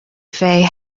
fay